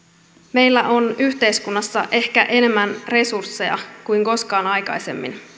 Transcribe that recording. meillä on yhteiskunnassa ehkä enemmän resursseja kuin koskaan aikaisemmin